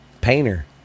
painter